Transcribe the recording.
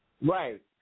Right